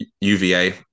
UVA